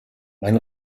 mein